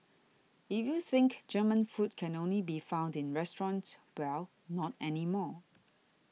if you think German food can only be found in restaurants well not anymore